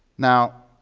now,